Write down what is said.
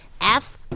F-